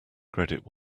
credit